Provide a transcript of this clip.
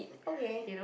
okay